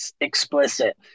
explicit